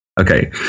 Okay